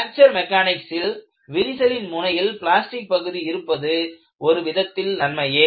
fracture மெக்கானிக்ஸில் விரிசலின் முனையில் பிளாஸ்டிக் பகுதி இருப்பது ஒரு விதத்தில் நன்மையே